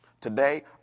Today